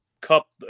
cup